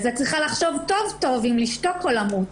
אז את צריכה לחשוב טוב-טוב אם לשתוק או למות,